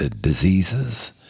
diseases